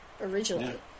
originally